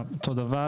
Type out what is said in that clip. שקלים.